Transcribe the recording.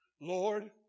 Lord